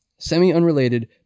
Semi-unrelated